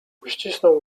uścisnął